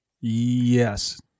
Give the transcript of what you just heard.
Yes